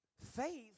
Faith